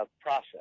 process